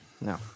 No